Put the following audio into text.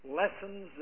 lessons